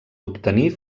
obtenir